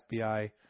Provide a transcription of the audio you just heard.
FBI